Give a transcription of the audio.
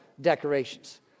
decorations